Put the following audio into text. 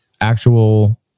actual